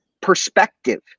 perspective